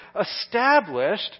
established